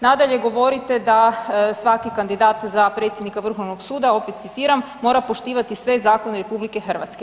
Nadalje, govorite da svaki kandidat za predsjednika Vrhovnog suda opet citiram mora poštivati sve zakone RH.